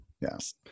yes